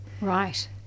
Right